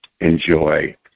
enjoy